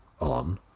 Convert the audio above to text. on